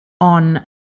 on